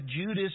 Judas